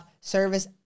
service